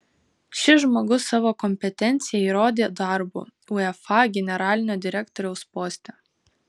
šis žmogus savo kompetenciją įrodė darbu uefa generalinio direktoriaus poste